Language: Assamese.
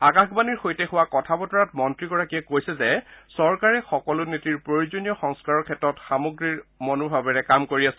আকাশবাণীৰ সৈতে হোৱা কথা বতৰাত মন্ত্ৰীগৰাকীয়ে কৈছে যে চৰকাৰে সকলো নীতিৰ প্ৰয়োজনীয় সংস্কাৰৰ ক্ষেত্ৰত সামগ্ৰীৰ মনোভাৱেৰে কাম কৰি আছে